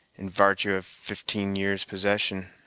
in vartue of fifteen years' possession,